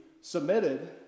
submitted